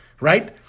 right